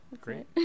great